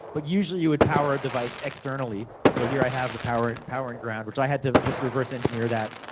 but, usually you would power a device externally. so, here i have the power power and ground, which i had to just reverse engineer that,